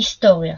היסטוריה